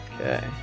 Okay